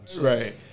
Right